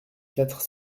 quatre